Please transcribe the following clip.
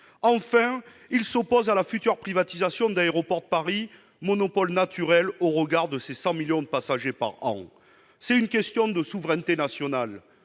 Français s'opposent à la future privatisation d'Aéroports de Paris, monopole naturel au regard de ses 100 millions de passagers par an. C'est une question de souveraineté nationale,